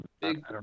big